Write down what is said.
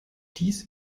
dies